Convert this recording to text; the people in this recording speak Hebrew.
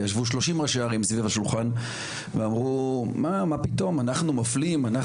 וישבו 30 ראשי ערים סביב השולחן ואמרו מה מה פתאום אנחנו מפלים?